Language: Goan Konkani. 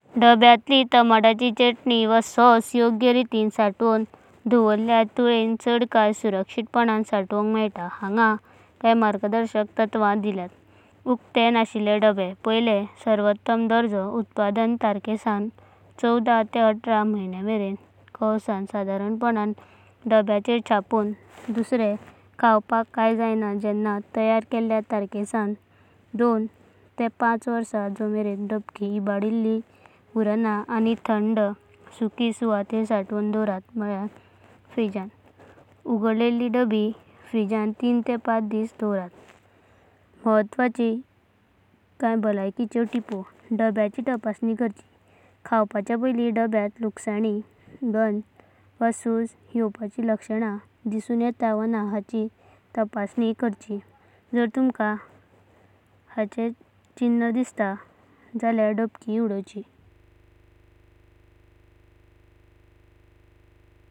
डब्यातली टोमाटाची चटणी योग्य रितीन सांत्वना डावरल्यार तुलेंना चड कला सुरक्षितपणान सांत्वनंका मेळतां। हांग कण्या मार्गदर्शक तत्व दिल्यांत। उक्तें नाशिल्ले डबे। सर्वोत्तम दर्जो उत्पादना तारखे सवां बारां ते आठरां म्हयाने, सदराणपणान डब्याचेर छापुण। खावपाक कण्या जावण तयार केल्या तारखे सवां दोन ते पाच वर्षां, जो मरेना डबाकी इबदाणास्तान उरतां। आनी थांड, सुख्या सुवेतार सांत्वना डावरतां। उगडलेले डबे फ्रिजांत तीन ते पाच दिस डावरतात। महत्वाचें कण्या बालायकिचो टिपो। डब्याची तपासणी करची खानवाचे पायली डब्यातें लुकसण। गंजा वा सुजा येवपाची लक्षणा दिसून येता वा ना हाँची तपासणी करची। जरा तुमका हांचे चिन्ह दिसतां झाल्यार डबाकी उडोवची।